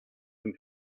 him